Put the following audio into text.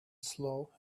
slow